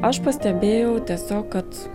aš pastebėjau tiesiog kad